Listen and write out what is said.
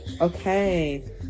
Okay